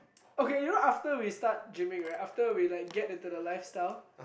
okay you know after we start gyming right after we like get into the lifestyle